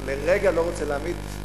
לרגע לא רוצה להמעיט,